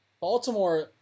Baltimore